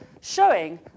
showing